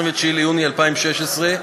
29 ביוני 2016,